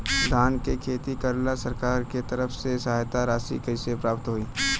धान के खेती करेला सरकार के तरफ से सहायता राशि कइसे प्राप्त होइ?